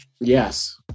Yes